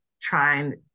trying